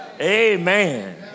Amen